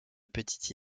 petite